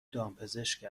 دامپزشک